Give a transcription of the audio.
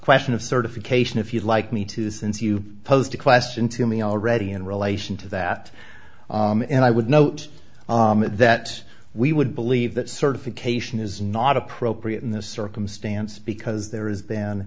question of certification if you'd like me to since you posed a question to me already in relation to that and i would note that we would believe that certification is not appropriate in this circumstance because there is th